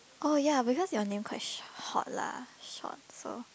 oh ya because your name quite hot lah short so